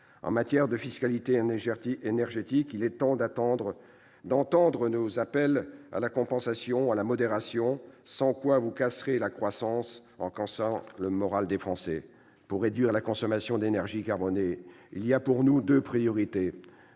En matière de fiscalité énergétique, il est temps d'entendre nos appels à la compensation et à la modération, sans quoi vous casserez la croissance en cassant le moral des Français. Pour réduire la consommation d'énergies carbonées, il y a pour nous deux priorités